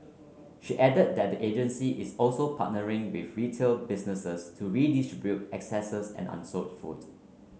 she added that the agency is also partnering with retail businesses to redistribute excess and unsold food